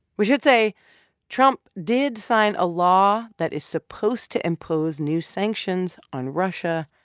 we should say trump did sign a law that is supposed to impose new sanctions on russia,